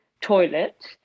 toilet